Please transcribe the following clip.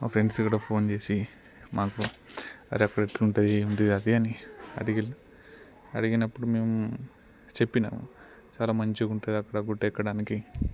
మా ఫ్రెండ్స్ కూడా ఫోన్ చేసి మాకు అరే అక్కడ ఎలా ఉంటుంది ఏమిటిది అది అది అని అడిగిర్రు అడిగినప్పుడు మేము చెప్పిన చాలా మంచిగా ఉంటుంది అక్కడ గుట్ట ఎక్కడానికి